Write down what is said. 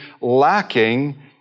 lacking